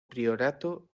priorato